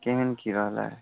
केहन की रहलै